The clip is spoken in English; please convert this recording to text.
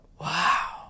wow